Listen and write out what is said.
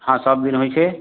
हँ सबदिन होइ छै